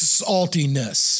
saltiness